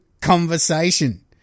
conversation